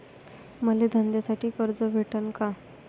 मले धंद्यासाठी कर्ज भेटन का?